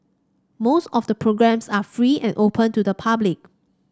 most of the programmes are free and open to the public